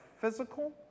physical